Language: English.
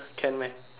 can meh